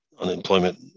unemployment